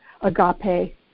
agape